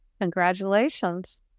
Congratulations